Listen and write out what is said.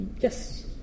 Yes